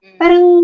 parang